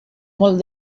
molt